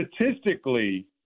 Statistically